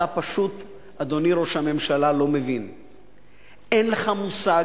אתה פשוט לא מבין, אדוני ראש הממשלה, אין לך מושג,